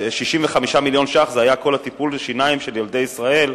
65 מיליון שקלים זה היה כל טיפולי השיניים של ילדי ישראל,